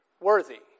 worthy